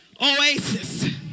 Oasis